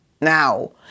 now